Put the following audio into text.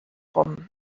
com